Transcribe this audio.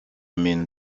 mean